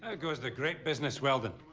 ah goes the great business, weldon?